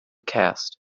cast